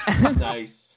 Nice